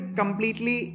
completely